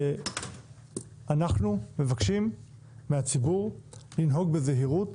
שאנחנו מבקשים מהציבור לנהוג בזהירות,